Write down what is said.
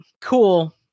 cool